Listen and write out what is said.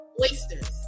oysters